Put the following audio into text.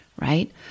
right